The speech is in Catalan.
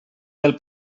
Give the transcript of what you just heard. del